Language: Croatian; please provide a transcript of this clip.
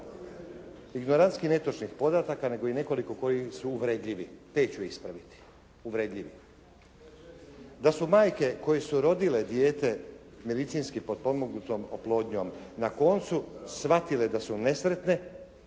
ignorantski netočnih podataka nego i nekoliko koji su uvredljivi. Te ću ispraviti, uvredljive. Da su majke koje su rodile dijete medicinski potpomognutom oplodnjom na koncu shvatile da su nesretne